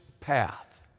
path